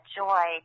joy